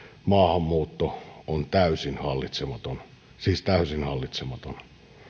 maahanmuutto on täysin hallitsematon siis täysin hallitsematon